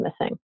missing